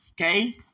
Okay